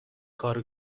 کارو